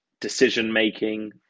decision-making